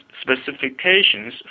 specifications